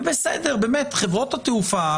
חברות התעופה,